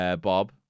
Bob